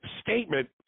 statement